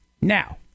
Now